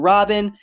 Robin